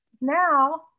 now